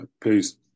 Peace